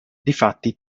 difatti